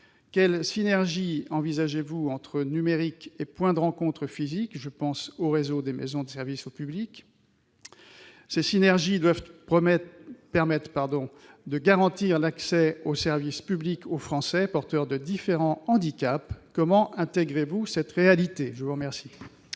Quelles synergies envisagez-vous entre numérique et points de rencontre physiques, en particulier avec le réseau des MSAP ? Ces synergies doivent permettre de garantir l'accès aux services publics aux Français porteurs de différents handicaps. Comment intégrez-vous cette réalité ? La parole